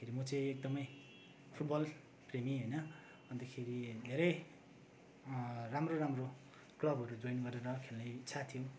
अन्तखेरि म चाहिँ एकदमै फुटबलप्रेमी होइन अन्तखेरि धेरै राम्रो राम्रो क्लबहरू जोइन गरेर खेल्ने इच्छा थियो